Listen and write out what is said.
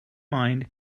mind